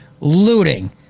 looting